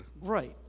Right